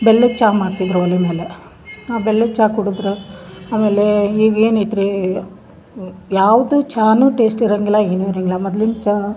ಬೆಲ್ಲದ ಚಾ ಮಾಡ್ತಿದ್ದರು ಒಲೆ ಮೇಲೆ ಆ ಬೆಲ್ಲದ ಚಾ ಕುಡ್ದ್ರ ಆಮೇಲೆ ಈಗ ಏನು ಐತ್ರೀ ಯಾವ್ದು ಚಾನು ಟೇಸ್ಟ್ ಇರಂಗಿಲ್ಲ ಏನು ಇರಂಗಿಲ್ಲ ಮದ್ಲಿನ ಚಾ